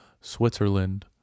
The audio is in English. Switzerland